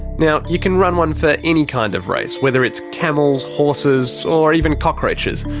now, you can run one for any kind of race, whether it's camels, horses, or even cockroaches.